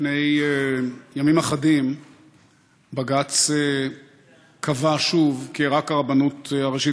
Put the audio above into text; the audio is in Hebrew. לפני ימים אחדים בג"ץ קבע שוב כי רק הרבנות הראשית